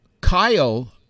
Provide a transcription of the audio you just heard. Kyle